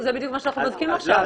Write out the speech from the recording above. זה בדיוק מה שאנחנו בודקים עכשיו.